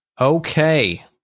Okay